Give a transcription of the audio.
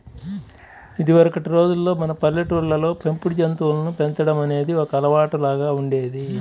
ఇదివరకటి రోజుల్లో మన పల్లెటూళ్ళల్లో పెంపుడు జంతువులను పెంచడం అనేది ఒక అలవాటులాగా ఉండేది